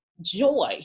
joy